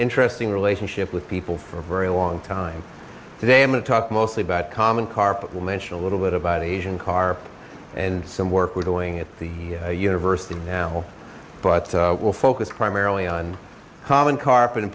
interesting relationship with people for a very long time today i'm going to talk mostly about common carpet will mention a little bit about asian carp and some work we're going at the university now but we'll focus primarily on common carpet in